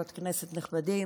נכבדים,